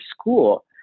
school